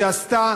שעשתה